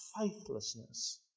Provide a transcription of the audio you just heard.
faithlessness